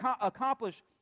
accomplish